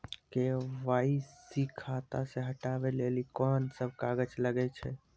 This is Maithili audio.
के.वाई.सी खाता से हटाबै लेली कोंन सब कागज लगे छै?